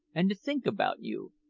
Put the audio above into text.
and to think about you,